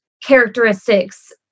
characteristics